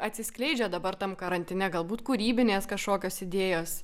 atsiskleidžia dabar tam karantine galbūt kūrybinės kažkokios idėjos